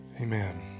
Amen